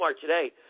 today